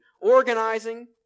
organizing